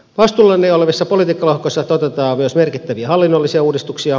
vastuullani olevissa politiikkalohkoissa toteutetaan myös merkittäviä hallinnollisia uudistuksia